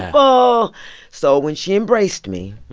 um ah so when she embraced me,